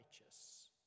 righteous